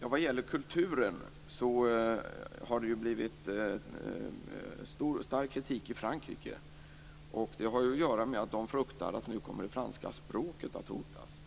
Vad gäller kulturen har det framförts stark kritik i Frankrike. Det har att göra med att man fruktar att det franska språket nu kommer att hotas.